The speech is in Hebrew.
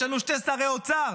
יש לנו שני שרי אוצר.